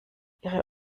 ihre